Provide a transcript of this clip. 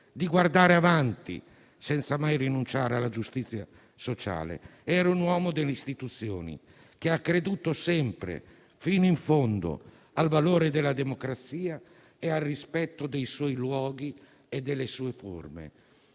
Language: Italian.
di guardare avanti senza mai rinunciare alla giustizia sociale. Era un uomo delle istituzioni che ha creduto sempre, fino in fondo, al valore della democrazia e al rispetto dei suoi luoghi e delle sue forme,